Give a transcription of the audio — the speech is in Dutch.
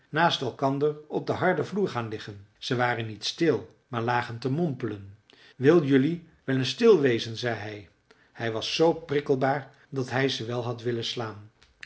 naast elkander op den harden vloer gaan liggen ze waren niet stil maar lagen te mompelen wil jelui wel eens stil wezen zei hij hij was zoo prikkelbaar dat hij ze wel had willen slaan